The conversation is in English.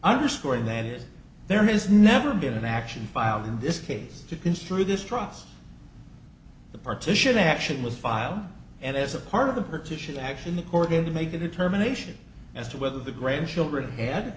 underscoring that is there has never been an action filed in this case to construe this trust the partition action was filed and as a part of the petition action according to make a determination as to whether the grandchildren had